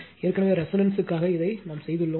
ஏற்கனவே ரெசோனன்ஸ் க்காக இதைச் செய்துள்ளோம்